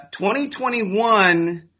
2021